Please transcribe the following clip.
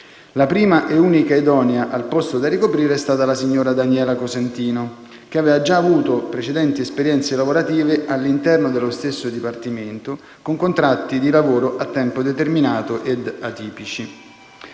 la prima ed unica idonea al posto da ricoprire è stata la signora Daniela Cosentino, che aveva già avuto precedenti esperienze lavorative all'interno dello stesso Dipartimento, con contratti di lavoro a tempo determinato ed atipici.